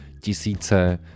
tisíce